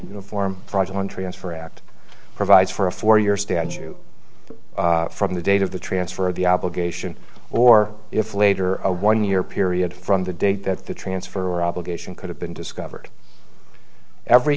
uniform project on transfer act provides for a four year stand you from the date of the transfer of the obligation or if later a one year period from the date that the transfer obligation could have been discovered every